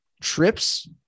trips